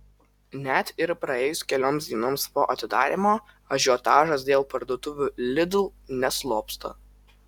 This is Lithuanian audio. net ir praėjus kelioms dienoms po atidarymo ažiotažas dėl parduotuvių lidl neslopsta